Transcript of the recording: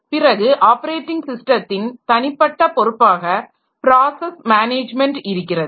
பிறகு ஆப்பரேட்டிங் ஸிஸ்டத்தின் தனிப்பட்ட பொறுப்பாக ப்ராஸஸ் மேனேஜ்மென்ட் இருக்கிறது